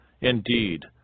Indeed